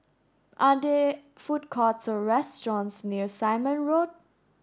are there food courts or restaurants near Simon Road